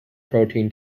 protein